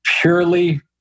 purely